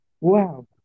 wow